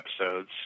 episodes